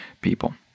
people